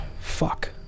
Fuck